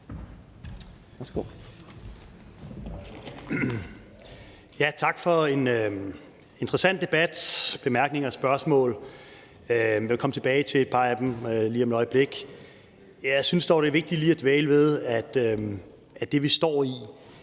Tak for en interessant debat med bemærkninger og spørgsmål. Jeg vil komme tilbage til et par af dem lige om et øjeblik. Jeg synes dog, det er vigtigt lige at dvæle ved det, at det, vi står i,